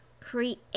create